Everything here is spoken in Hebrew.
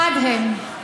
חד הם.